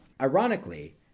Ironically